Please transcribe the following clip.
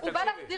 הוא בא להסדיר...